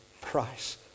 price